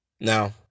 now